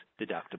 deductible